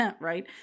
right